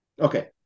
Okay